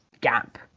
gap